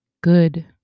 good